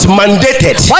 mandated